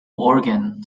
organ